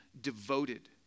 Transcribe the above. devoted